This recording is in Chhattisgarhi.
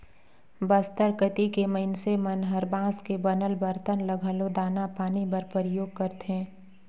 बस्तर कति के मइनसे मन हर बांस के बनल बरतन ल घलो दाना पानी बर परियोग करथे